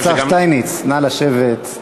שטייניץ, נא לשבת.